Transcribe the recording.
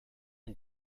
and